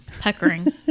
Peckering